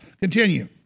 Continue